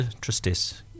Tristesse